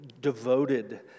devoted